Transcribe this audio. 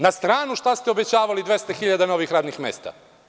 Na stranu što ste obećavali 200 hiljada novih radnih mesta.